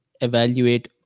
evaluate